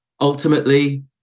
Ultimately